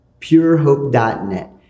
purehope.net